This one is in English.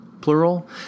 plural